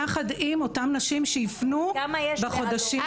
יחד עם אותן נשים שיפנו בחודשי הקרובים.